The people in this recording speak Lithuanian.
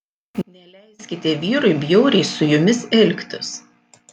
neleiskite vyrui bjauriai su jumis elgtis